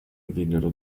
vennero